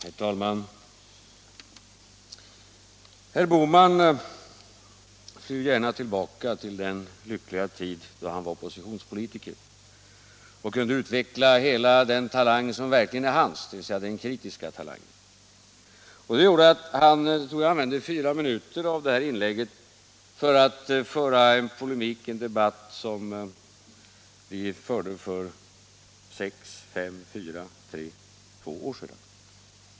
Herr talman! Herr Bohman flyr gärna tillbaka till den lyckliga tid då han var oppositionspolitiker och kunde utveckla hela den talang som verkligen är hans, dvs. den kritiska talangen. Det gjorde att han använde fyra minuter — tror jag att det var — av sitt inlägg åt polemik i en debatt som vi förde för sex, fem, fyra, tre, två år sedan.